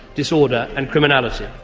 disorder and criminality.